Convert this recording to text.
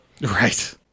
Right